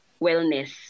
wellness